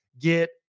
get